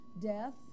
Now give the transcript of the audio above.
death